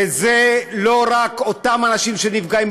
ולא רק אותם אנשים נפגעים,